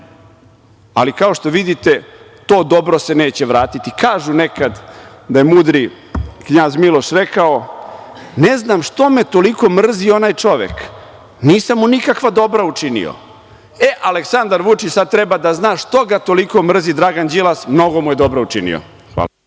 kao što vidite, to dobro se neće vratiti. Kažu nekada da je mudri Knjaz Miloš rekao – ne znam što me toliko mrzi onaj čovek, nisam mu nikakva dobra učinio. Aleksandar Vučić sada treba da zna što ga toliko mrzi Dragan Đilas, mnogo mu je dobro učinio. Hvala.